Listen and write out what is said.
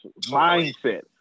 mindset